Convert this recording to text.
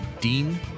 Dean